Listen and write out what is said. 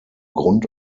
grund